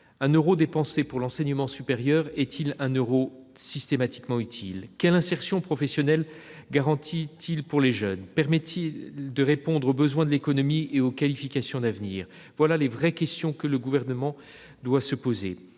Un euro dépensé pour l'enseignement supérieur est-il un euro systématiquement utile ? Quelle insertion professionnelle garantit-il pour les jeunes ? Permet-il de répondre aux besoins de l'économie et aux qualifications d'avenir ? Voilà les vraies questions que le Gouvernement doit se poser.